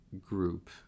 group